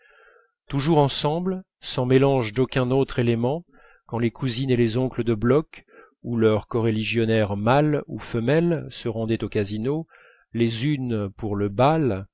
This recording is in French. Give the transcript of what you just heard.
toujours ensemble sans mélange d'aucun autre élément quand les cousines et les oncles de bloch ou leurs coreligionnaires mâles ou femelles se rendaient au casino les unes pour le bal